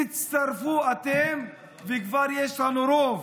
תצטרפו אתם, וכבר יש לנו רוב.